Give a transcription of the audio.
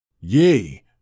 Yea